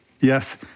Yes